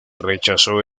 rechazó